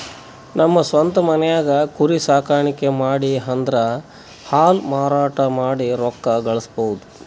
ನಮ್ ಸ್ವಂತ್ ಮನ್ಯಾಗೆ ಕುರಿ ಸಾಕಾಣಿಕೆ ಮಾಡಿ ಅದ್ರಿಂದಾ ಹಾಲ್ ಮಾರಾಟ ಮಾಡಿ ರೊಕ್ಕ ಗಳಸಬಹುದ್